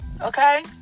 Okay